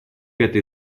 этой